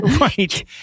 right